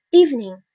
evening